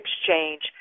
exchange